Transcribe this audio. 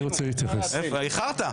איחרת.